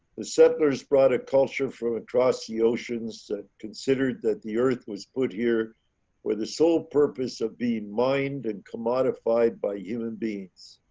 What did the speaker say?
the settlers brought a culture from across the oceans considered that the earth was put here where the sole purpose of being mined and commodified by human beings.